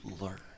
learn